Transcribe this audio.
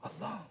alone